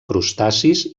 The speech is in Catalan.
crustacis